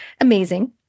Amazing